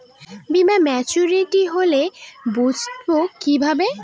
বীমা মাচুরিটি হলে বুঝবো কিভাবে?